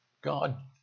God